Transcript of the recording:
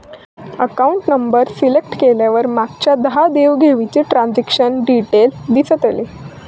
account number select केल्यावर मागच्या दहा देव घेवीचा ट्रांजॅक्शन डिटेल दिसतले